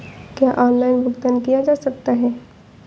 क्या ऑनलाइन भुगतान किया जा सकता है?